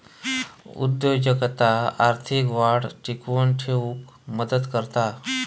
उद्योजकता आर्थिक वाढ टिकवून ठेउक मदत करता